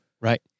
Right